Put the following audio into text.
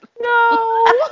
No